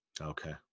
Okay